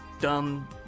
dumb